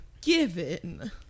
given